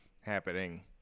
happening